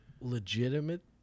Legitimate